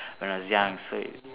when I was young so it